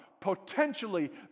potentially